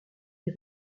les